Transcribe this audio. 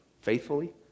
faithfully